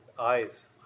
Eyes